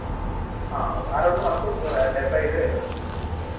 ఆ రెండు మనకు డెబ్బై ఐదు వేలు అవుతుందమ్మా